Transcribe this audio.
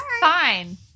fine